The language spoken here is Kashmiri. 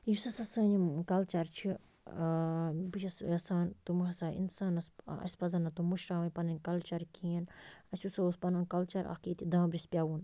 یُس ہَسا سٲنۍ یِم کلچر چھِ بہٕ چھَس یَژھان تِم ہَسا اِنسانَس اَسہِ پَزن نہٕ تِم مٔشراونۍ پَننٕۍ کلچر کِہیٖنۍ اَسہِ یُس سا اوس پنُن کلچر اَکھ ییٚتہِ دامبرِس پٮ۪وُن